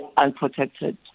unprotected